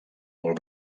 molt